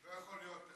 לא יכול להיות.